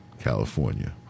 California